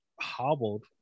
hobbled